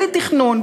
בלי תכנון,